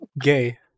Gay